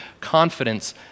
confidence